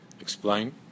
explain